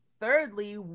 Thirdly